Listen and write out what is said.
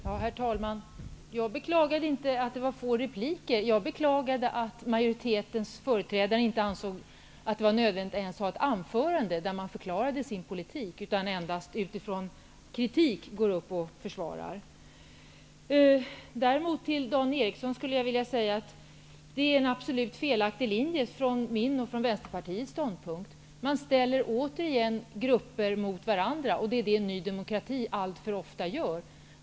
Herr talman! Jag beklagade inte att det var få repliker. Jag beklagade att majoritetens företrädare inte ens ansåg att det var nödvändigt att ha ett anförande där man förklarar sin politik, utan att man endast efter kritik går upp och försvarar sig. Däremot skulle jag vilja säga till Dan Eriksson i Stockholm att min och Vänsterpartiets ståndpunkt är att Ny demokratis linje är absolut felaktig. Ny demokrati ställer återigen grupper mot varandra - det gör man alltför ofta.